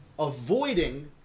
avoiding